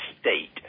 state